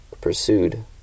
pursued